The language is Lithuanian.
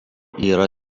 yra